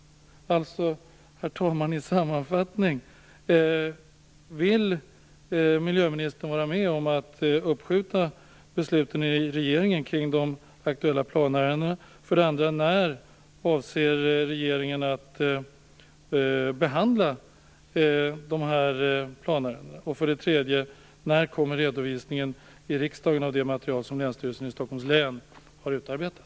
För att sammanfatta, herr talman: Vill miljöministern vara med om att uppskjuta besluten i regeringen kring de aktuella planärendena? När avser regeringen att behandla dessa planärenden? När kommer redovisningen i riksdagen av det material som Länsstyrelsen i Stockholms län har utarbetat?